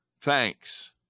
Thanks